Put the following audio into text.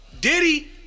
Diddy